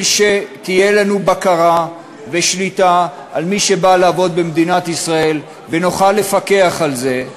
שיהיו לנו בקרה ושליטה על מי שבא לעבוד במדינת ישראל ונוכל לפקח על זה,